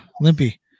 Limpy